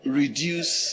reduce